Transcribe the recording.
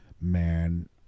man